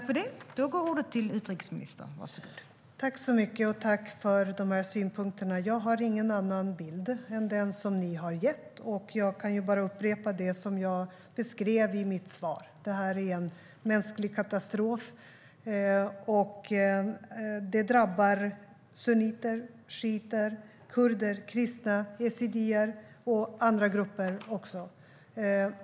Fru talman! Tack för synpunkterna! Jag har ingen annan bild än den som ledamöterna har gett, och jag kan bara upprepa det som jag beskrev i mitt svar. Det är en mänsklig katastrof som drabbar sunniter, shiiter, kurder, kristna, yazidier och andra grupper.